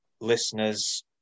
listeners